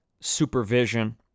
supervision